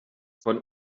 von